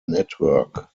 network